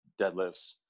deadlifts